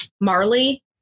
Marley